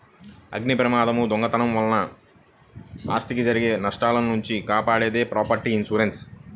అగ్నిప్రమాదం, దొంగతనం వలన ఆస్తికి జరిగే నష్టాల నుంచి కాపాడేది ప్రాపర్టీ ఇన్సూరెన్స్